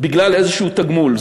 בגלל איזשהו תגמול.